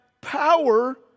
power